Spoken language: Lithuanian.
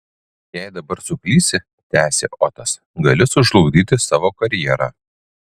jei dabar suklysi tęsė otas gali sužlugdyti savo karjerą